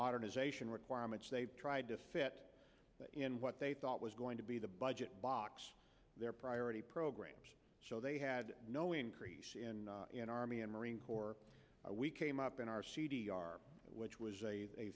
modernization requirements they tried to fit in what they thought was going to be the budget box their priority programs so they had no increase in army and marine corps we came up in our c d r which was a